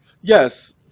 Yes